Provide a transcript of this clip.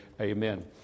amen